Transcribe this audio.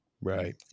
Right